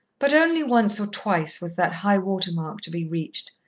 but only once or twice was that high-water mark to be reached,